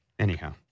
Anyhow